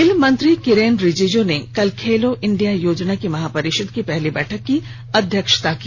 खेलमंत्री किरेन रिजिजू ने कल खेलो इंडिया योजना की महापरिषद की पहली बैठक की अध्यक्षता की